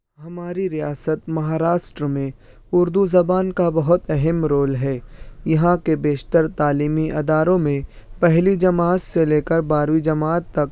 ہماری ریاست مہاراشٹر میں اردو زبان کا بہت اہم رول ہے یہاں کے بیشتر تعلیمی اداروں میں پہلی جماعت سے لے کر بارہویں جماعت تک